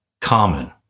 common